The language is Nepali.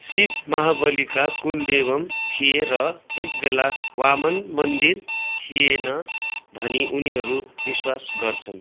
शिव महाबलीका कुलदेवम थिए र त्यसबेला वामन मन्दिर थिएन भनी उनीहरू विश्वास गर्छन्